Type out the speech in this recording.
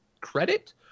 credit